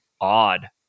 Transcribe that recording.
odd